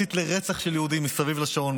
מסית לרצח של יהודים מסביב לשעון,